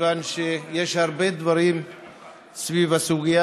מכיוון שיש הרבה דברים סביב הסוגיה